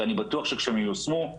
שאני בטוח שכשהן ייושמו,